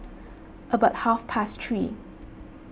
about half past three